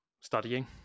studying